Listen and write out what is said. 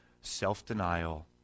self-denial